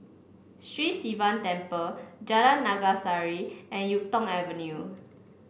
Sri Sivan Temple Jalan Naga Sari and YuK Tong Avenue